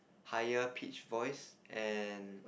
higher pitch voice and